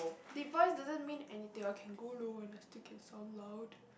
device doesn't mean anything ah can go low I still can sound loud